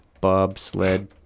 bobsled